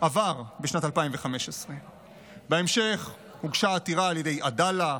עבר בשנת 2015. בהמשך הוגשה עתירה על ידי עדאלה,